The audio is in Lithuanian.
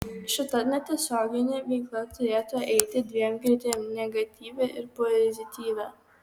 šita netiesioginė veikla turėtų eiti dviem kryptim negatyvia ir pozityvia